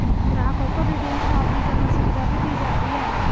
ग्राहकों को रिडीम सावधी जमा सुविधा भी दी जाती है